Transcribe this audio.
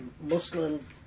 Muslim